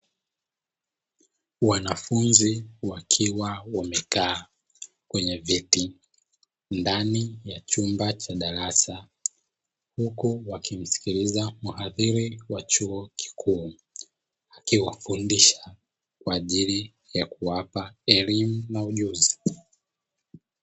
Wanafunzi wakiwa wamekaa kwenye viti ndani ya chumba cha darasa, huku wakimsikiliza muhadhiri wa chuo kikuu akiwafundisha kwa ajili ya kuwapa elimu na ujuzi.